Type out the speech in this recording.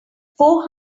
four